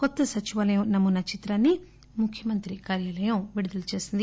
కొత్త సచివాలయం నమూనా చిత్రాన్ని ముఖ్యమంత్రి కార్యాలయం విడుదల చేసింది